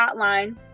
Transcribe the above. hotline